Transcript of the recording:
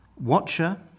Watcher